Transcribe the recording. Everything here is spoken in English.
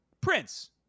Prince